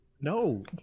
No